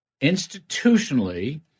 institutionally